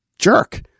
jerk